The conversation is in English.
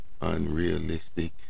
unrealistic